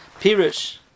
Pirush